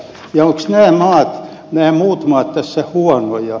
ja ovatko nämä muut maat tässä huonoja